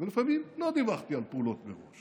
ולפעמים לא דיווחתי על פעולות מראש,